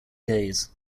days